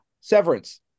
Severance